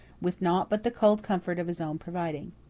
with naught but the cold comfort of his own providing.